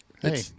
Hey